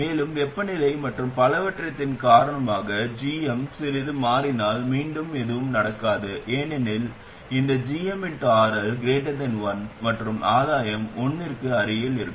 மேலும் வெப்பநிலை மற்றும் பலவற்றின் காரணமாக gm சிறிது மாறினால் மீண்டும் எதுவும் நடக்காது ஏனெனில் இந்த gmRL 1 மற்றும் ஆதாயம் 1 க்கு அருகில் இருக்கும்